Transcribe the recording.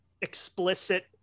explicit